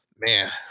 man